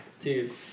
dude